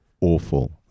awful